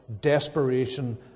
desperation